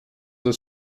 were